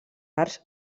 arts